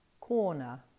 corner